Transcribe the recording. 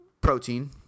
protein